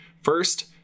First